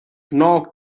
knock